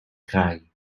kraj